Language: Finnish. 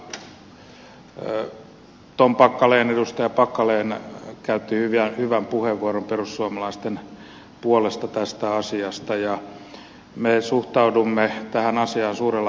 edustaja tom packalen käytti hyvän puheenvuoron perussuomalaisten puolesta tästä asiasta ja me suhtaudumme tähän asiaan suurella vakavuudella